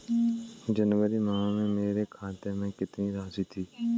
जनवरी माह में मेरे खाते में कितनी राशि थी?